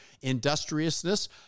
Industriousness